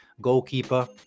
goalkeeper